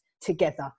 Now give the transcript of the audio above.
together